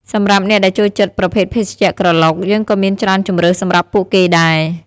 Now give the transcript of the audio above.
សម្រាប់អ្នកដែលចូលចិត្តប្រភេទភេសជ្ជៈក្រឡុក យើងក៏មានច្រើនជម្រើសសម្រាប់ពួកគេដែរ។